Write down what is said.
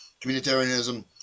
communitarianism